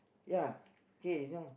ya K this one